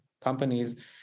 companies